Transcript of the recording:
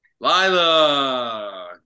Lila